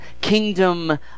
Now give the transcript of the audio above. kingdom